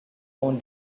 own